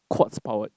quartz powered